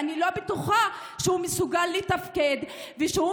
אני לא בטוחה שהוא מסוגל לתפקד ושהוא